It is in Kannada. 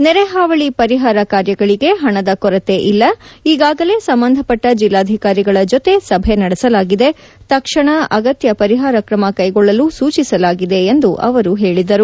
ನೆರೆ ಹಾವಳಿ ಪರಿಹಾರ ಕಾರ್ಯಗಳಿಗೆ ಹಣದ ಕೊರತೆ ಇಲ್ಲ ಈಗಾಗಲೇ ಸಂಬಂಧಪಟ್ಟ ಜಿಲ್ಲಾಧಿಕಾರಿಗಳ ಜೊತೆ ಸಭೆ ನಡೆಸಲಾಗಿದೆ ತಕ್ಷಣ ಅಗತ್ಯ ಪರಿಹಾರ ಕ್ರಮ ಕೈಕೊಳ್ಳಲು ಸೂಚಿಸಲಾಗಿದೆ ಎಂದು ಅವರು ಹೇಳಿದರು